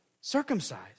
circumcised